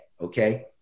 Okay